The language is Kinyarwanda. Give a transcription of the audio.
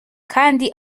kandi